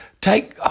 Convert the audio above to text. take